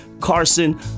Carson